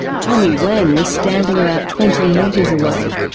tommy wang was standing about twenty metres away.